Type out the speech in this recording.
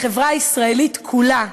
החברה הישראלית כולה,